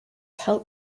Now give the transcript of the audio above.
help